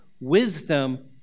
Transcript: wisdom